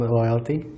loyalty